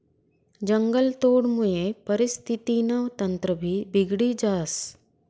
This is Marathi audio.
जंगलतोडमुये परिस्थितीनं तंत्रभी बिगडी जास